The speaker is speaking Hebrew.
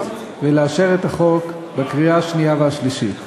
ולאשר את החוק בקריאה השנייה והשלישית.